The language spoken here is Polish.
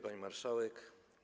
Pani Marszałek!